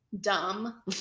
dumb